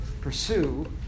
pursue